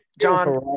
John